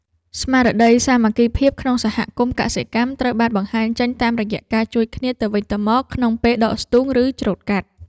ស្មារតីសាមគ្គីភាពក្នុងសហគមន៍កសិកម្មត្រូវបានបង្ហាញចេញតាមរយៈការជួយគ្នាទៅវិញទៅមកក្នុងពេលដកស្ទូង ឬច្រូតកាត់។